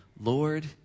Lord